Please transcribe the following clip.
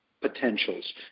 potentials